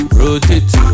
rotate